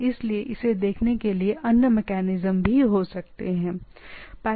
इसलिए इसे देखने के लिए अन्य मेकैनिजम्स हो सकते हैं लेकिन अगर संभावनाएं हैं तो